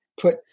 put